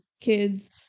kids